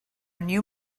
new